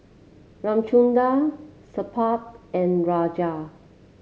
Ramchundra Suppiah and Rajat